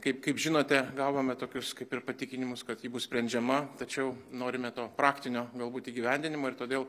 kaip kaip žinote gavome tokius kaip ir patikinimus kad ji bus sprendžiama tačiau norime to praktinio galbūt įgyvendinimo ir todėl